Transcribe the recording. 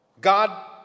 God